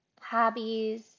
hobbies